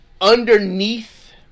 underneath